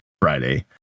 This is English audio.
Friday